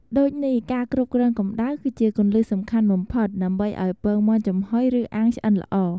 ដូចនេះ ការគ្រប់គ្រងកម្តៅគឺជាគន្លឹះសំខាន់បំផុតដើម្បីឱ្យពងមាន់ចំហុយឬអាំងឆ្អិនល្អ។